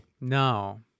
No